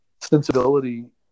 sensibility